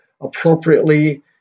Appropriately